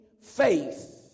faith